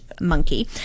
monkey